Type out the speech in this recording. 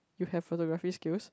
you have photography skills